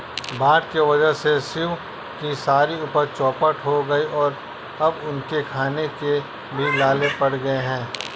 बाढ़ के वजह से शिव की सारी उपज चौपट हो गई और अब उनके खाने के भी लाले पड़ गए हैं